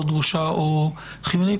לא דרושה או חיונית.